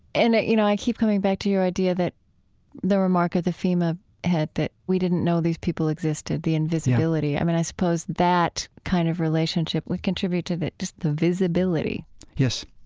and, you know, i keep coming back to your idea that the remark of the fema head, that we didn't know these people existed the invisibility. i mean, i suppose that kind of relationship would contribute to just the visibility yes,